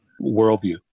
worldview